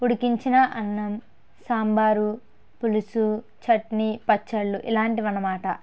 ఉడికించిన అన్నం సాంబారు పులుసు చట్నీ పచ్చళ్ళు ఇలాంటివి అనమాట